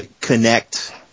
connect